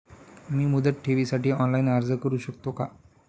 मी मुदत ठेवीसाठी ऑनलाइन अर्ज करू शकतो का?